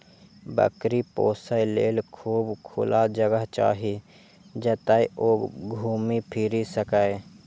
बकरी पोसय लेल खूब खुला जगह चाही, जतय ओ घूमि फीरि सकय